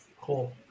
Cool